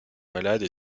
malade